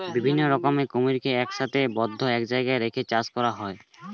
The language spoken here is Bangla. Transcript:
বিভিন্ন রকমের কুমিরকে একসাথে বদ্ধ জায়গায় রেখে চাষ করা হয়